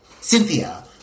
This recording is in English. Cynthia